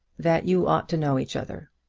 that you ought to know each other.